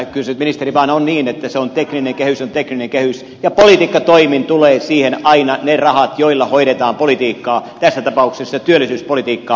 kyllä se nyt ministeri vaan on niin että tekninen kehys on tekninen kehys ja politiikkatoimin tulevat siihen aina ne rahat joilla hoidetaan politiikkaa tässä tapauksessa työllisyyspolitiikkaa